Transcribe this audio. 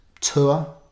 tour